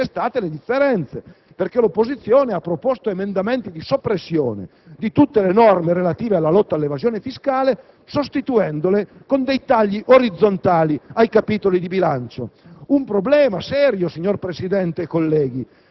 Ebbene, su questo si sono manifestate le differenze perché l'opposizione ha proposto emendamenti soppressivi di tutte le norme relative alla lotta all'evasione fiscale, sostituendole con tagli orizzontali ai capitoli di bilancio.